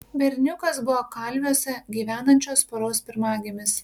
berniukas buvo kalviuose gyvenančios poros pirmagimis